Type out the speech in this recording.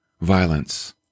violence